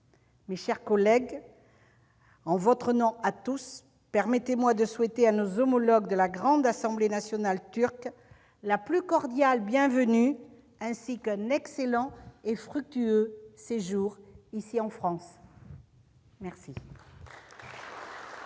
Mes chers collègues, en votre nom à tous, permettez-moi de souhaiter à nos homologues de la Grande Assemblée nationale turque la plus cordiale bienvenue, ainsi qu'un excellent et fructueux séjour. Nous reprenons